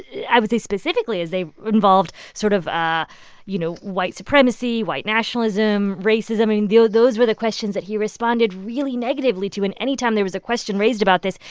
i would say specifically as they involved sort of, ah you know, white supremacy, white nationalism, racism. i mean, those were the questions that he responded really negatively to. and anytime there was a question raised about this,